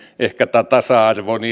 ehkä yhteiskunnallisen tasa arvon